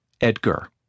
Edgar